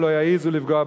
ולא יעזו לפגוע בנו,